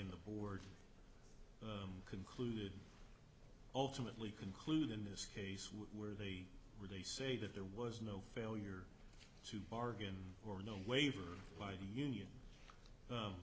in the board concluded ultimately conclude in this case where they were they say that there was no failure to bargain or no waiver by the union